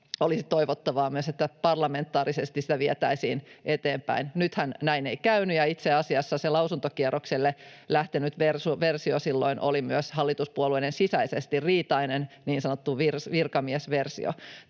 olisi toivottavaa myös, että parlamentaarisesti sitä vietäisiin eteenpäin. Nythän näin ei käynyt, ja itse asiassa se lausuntokierrokselle silloin lähtenyt versio oli myös hallituspuolueiden sisäisesti riitainen, niin sanottu virkamiesversio.